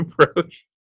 approach